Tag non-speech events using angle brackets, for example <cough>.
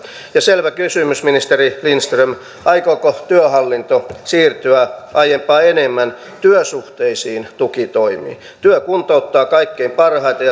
selvä kysymys ministeri lindström aikooko työhallinto siirtyä aiempaa enemmän työsuhteisiin tukitoimiin työ kuntouttaa kaikkein parhaiten <unintelligible>